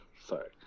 sorry